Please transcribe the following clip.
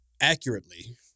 accurately